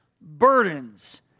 burdens